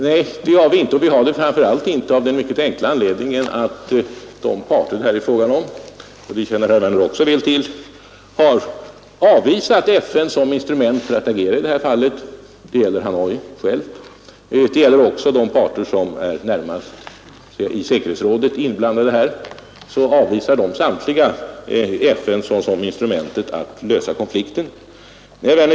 Nej, det har vi inte, framför allt av den mycket enkla anledningen att de parter det är fråga om — och det känner vi också alla väl till — har avvisat FN som instrument för att agera i detta sammanhang. Både Hanoi självt och de parter i säkerhetsrådet, vilka närmast är inblandade i detta sammanhang, avvisar FN som instrument för att lösa konflikten.